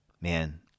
Man